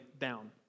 down